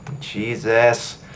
Jesus